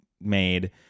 made